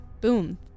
Boom